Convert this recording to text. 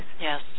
Yes